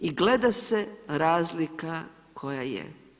I gleda se razlika koja je.